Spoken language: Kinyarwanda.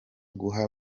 guha